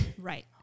right